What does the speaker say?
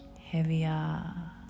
Heavier